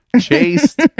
chased